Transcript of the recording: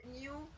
new